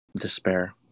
despair